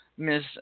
Miss